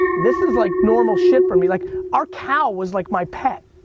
this is like normal shit for me. like our cow was like my pet.